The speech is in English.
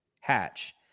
hatch